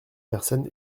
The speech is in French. personnes